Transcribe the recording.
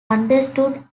understood